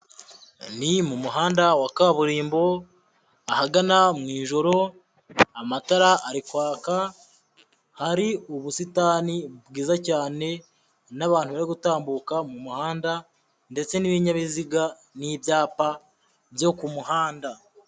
Ni mu muhanda wa kaburimbo, ahagana mujoro, amatara ari kwaka, hari ubusitani bwiza cyane n'abantu bari gutambuka mu muhanda ndetse n'ibinyabiziga n'ibyapa byo ku muhanda.